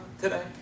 today